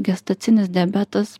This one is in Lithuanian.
gestacinis diabetas